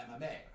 MMA